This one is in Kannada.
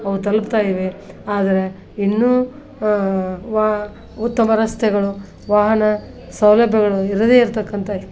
ಅವು ತಲುಪ್ತಾ ಇವೆ ಆದರೆ ಇನ್ನೂ ವಾ ಉತ್ತಮ ರಸ್ತೆಗಳು ವಾಹನ ಸೌಲಭ್ಯಗಳು ಇರದೇ ಇರತಕ್ಕಂಥ